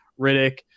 Riddick